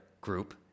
group